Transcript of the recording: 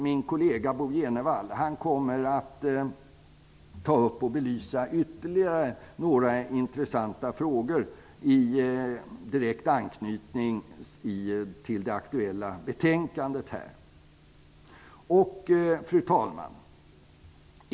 Min kollega Bo G Jenevall kommer att ta upp och belysa ytterligare några intressanta frågor i direkt anslutning till det aktuella betänkandet. Fru talman!